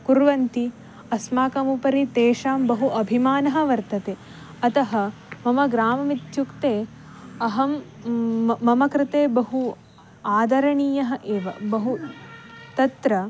कुर्वन्ति अस्माकमुपरि तेषां बहु अभिमानः वर्तते अतः मम ग्राममित्युक्ते अहं मम कृते बहु आदरणीयः एव बहु तत्र